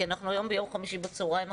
כי אנחנו היום ביום חמישי בצהריים,